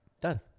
Done